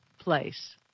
place